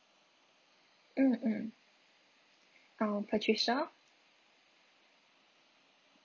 mm mm um patricia